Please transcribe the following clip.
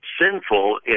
sinful